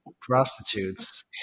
Prostitutes